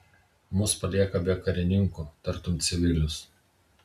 mus palieka be karininkų tartum civilius